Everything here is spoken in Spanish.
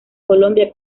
colombia